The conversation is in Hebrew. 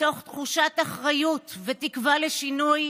מתוך תחושת אחריות ותקווה לשינוי,